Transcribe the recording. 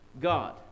God